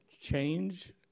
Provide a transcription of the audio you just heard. change